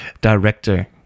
director